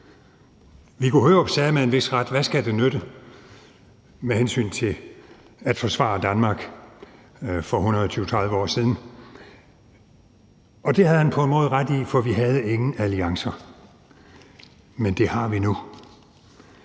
Viggo Hørup sagde med en vis ret: Hvad skal det nytte? med hensyn til at forsvare Danmark for 120-130 år siden. Det havde han på en måde ret i, for vi havde ingen alliancer, men det har vi nu,